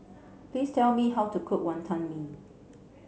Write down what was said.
please tell me how to cook Wantan Mee